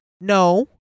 no